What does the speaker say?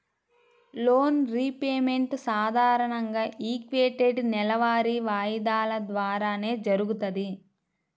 loan repayment సాధారణంగా equated నెలవారీ వాయిదాల ద్వారానే జరుగుతది